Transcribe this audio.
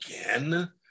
again